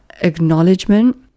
acknowledgement